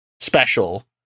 special